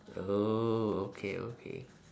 oh okay okay